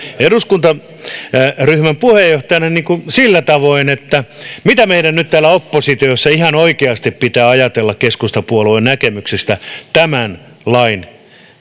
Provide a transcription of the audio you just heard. eduskuntaryhmän puheenjohtajana sillä tavoin että mitä meidän nyt täällä oppositiossa ihan oikeasti pitää ajatella keskustapuolueen näkemyksistä tämän lain